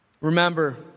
Remember